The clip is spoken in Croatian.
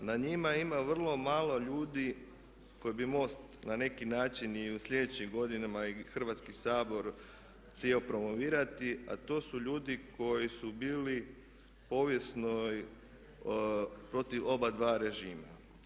Na njima ima vrlo malo ljudi koje bi MOST na neki način i u sljedećim godinama i Hrvatski sabor htio promovirati, a to su ljudi koji su bili povijesno protiv oba dva režima.